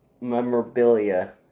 memorabilia